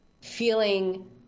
feeling